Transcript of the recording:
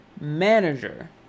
manager